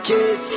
Kiss